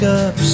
up